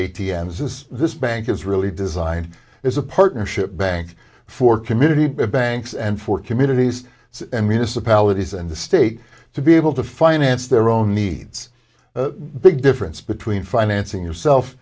dns is this bank is really designed as a partnership bank for community banks and for communities and municipalities and the state to be able to finance their own needs the big difference between financing yourself